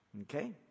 Okay